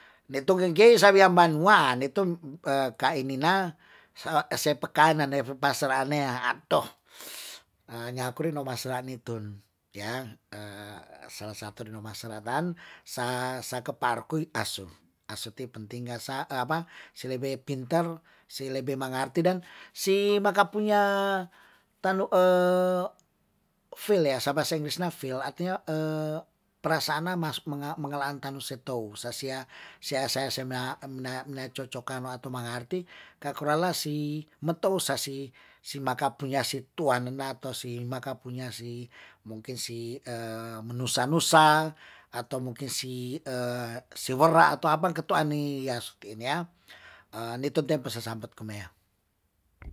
Neto' kengkey sabia banua, netom ka ini na' se peka nefu pasar anea adoh nyaku re' nomaserani tun. Yaa salah satu dino masaratan sakeparkuy asu, asu ti penting ngasa apa selebe pinter, selebe mangarti dan sei makapunya tandu' feel bahasa ingrisnya feel artinya perasaana mas menga mengalaan tanduse tou, sasia seasea mena mena cocokanu atu mangarti kakurala si metou sasi si maka punya si tuan nenato si makapunya si mungkin si menusa nusa ato mungkin si siwera' ato apa keto ani ya suti ini yaa nitote pesesambet kumea